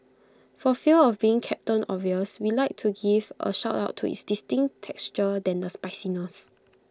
for fear of being captain obvious we'd like to give A shout out to its distinct texture than the spiciness